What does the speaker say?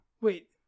Wait